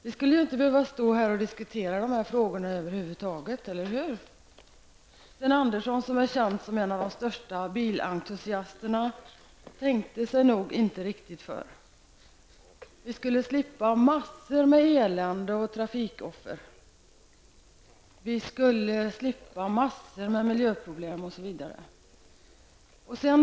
Då skulle vi inte behöva stå här och diskutera dessa frågor över huvud taget -- eller hur? Sten Andersson, som är känd som en av de största bilentusiasterna, tänkte sig nog inte riktigt för. I så fall skulle vi slippa en massa elände och trafikoffer, slippa en massa miljöproblem osv.